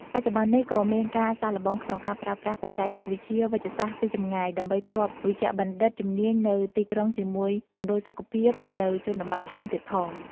បច្ចុប្បន្ននេះ ក៏មានការសាកល្បងក្នុងការប្រើប្រាស់ បច្ចេកវិទ្យាវេជ្ជសាស្ត្រពីចម្ងាយ ដើម្បីភ្ជាប់វេជ្ជបណ្ឌិតជំនាញនៅទីក្រុងជាមួយមណ្ឌលសុខភាពនៅជនបទថែមទៀតផង។